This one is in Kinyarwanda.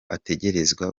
ategerezwa